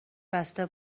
بسته